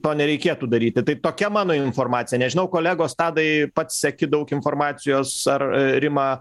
to nereikėtų daryti tai tokia mano informacija nežinau kolegos tadai pats seki daug informacijos ar rima